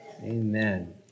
Amen